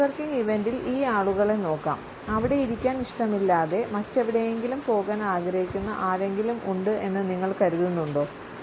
ഒരു നെറ്റ്വർക്കിംഗ് ഇവന്റിൽ ഈ ആളുകളെ നോക്കാം അവിടെ ഇരിക്കാൻ ഇഷ്ടമില്ലാതെ മറ്റെവിടെയെങ്കിലും പോകാൻ ആഗ്രഹിക്കുന്ന ആരെങ്കിലും ഉണ്ട് എന്ന് നിങ്ങൾ കരുതുന്നുണ്ടോ